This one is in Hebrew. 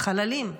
חללים.